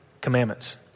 commandments